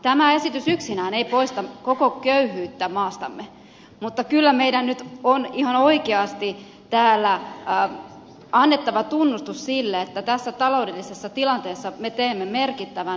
tämä esitys yksinään ei poista koko köyhyyttä maastamme mutta kyllä meidän nyt on ihan oikeasti täällä annettava tunnustus sille että tässä taloudellisessa tilanteessa me teemme merkittävän muutoksen